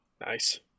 Nice